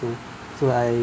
to so I